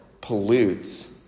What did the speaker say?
pollutes